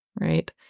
right